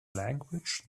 language